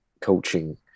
coaching